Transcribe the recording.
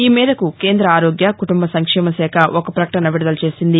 ఈమేరకు కేంద్ర ఆరోగ్య కుటుంబ సంక్షేమ శాఖ ఒక ప్రకటన విడుదల చేసింది